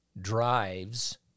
drives